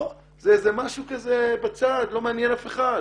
פה זה איזה משהו כזה בצד לא מעניין אף אחד.